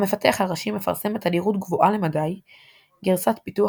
המפתח הראשי מפרסם בתדירות גבוהה למדי גרסת פיתוח